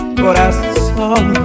corazón